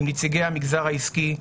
עם נציגי המגזר העסקי,